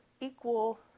equal